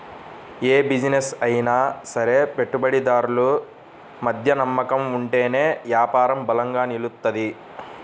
యే బిజినెస్ అయినా సరే పెట్టుబడిదారులు మధ్య నమ్మకం ఉంటేనే యాపారం బలంగా నిలుత్తది